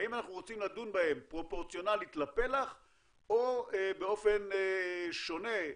האם אנחנו רוצים לדון בהם פרופורציונלית לפלח או באופן שונה,